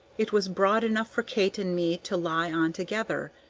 it was broad enough for kate and me to lie on together,